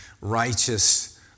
righteous